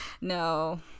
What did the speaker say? No